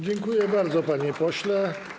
Dziękuję bardzo, panie pośle.